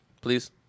Please